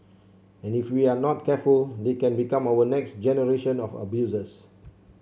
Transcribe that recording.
and if we are not careful they can become our next generation of abusers